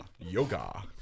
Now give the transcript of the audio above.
Yoga